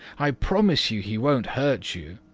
i promise you he won't hurt you,